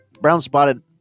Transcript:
brown-spotted